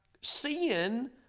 sin